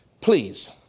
Please